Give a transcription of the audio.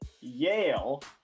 Yale